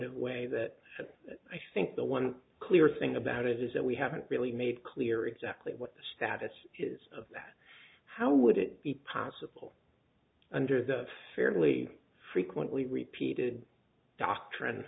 way that i think the one clear thing about it is that we haven't really made clear exactly what the status is of that how would it be possible under the fairly frequently repeated doctrine